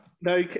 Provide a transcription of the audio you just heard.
no